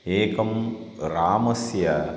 एकं रामस्य